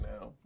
now